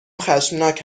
خشمناک